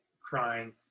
crying